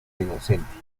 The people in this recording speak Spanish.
inocente